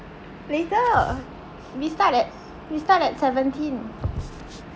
later we start at we start at seventeen